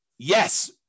Yes